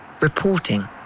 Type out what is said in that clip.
reporting